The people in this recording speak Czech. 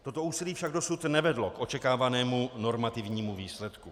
Toto úsilí však dosud nevedlo k očekávanému normativnímu výsledku.